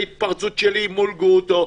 ההתפרצות שלי מול גרוטו,